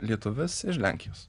lietuvis iš lenkijos